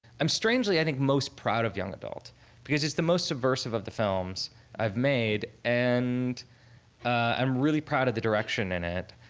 i'm strangely, i think, most proud of young adult because it's the most subversive of the films i've made. and i'm really proud of the direction in it,